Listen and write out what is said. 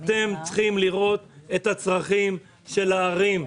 אתם צריכים לראות את הצרכים של הערים.